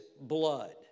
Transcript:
blood